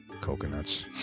Coconuts